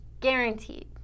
Guaranteed